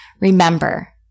Remember